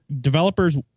developers